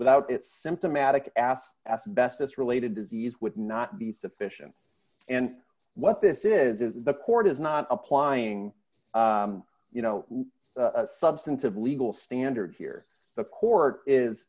without its symptomatic asked asbestos related disease would not be sufficient and what this is is the court is not applying you know substantive legal standard here the court is